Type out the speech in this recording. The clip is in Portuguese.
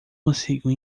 conseguiu